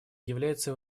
является